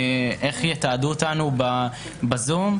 איך יתעדו אותנו בזום.